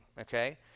Okay